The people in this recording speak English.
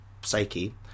psyche